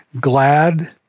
glad